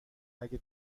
اگه